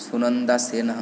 सुनन्दासेनः